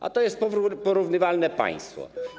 A to jest porównywalne państwo.